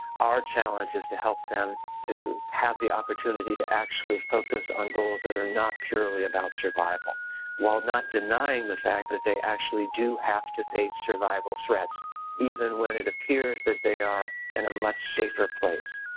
our challenge is to help them to have the opportunity to actually focus on goals that are not purely about survival while not denying the fact that they actually do have to face survival threats even when it appears that they are in a much safer place.